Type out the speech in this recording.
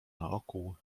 naokół